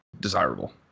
desirable